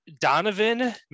donovan